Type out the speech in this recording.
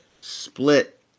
split